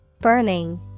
Burning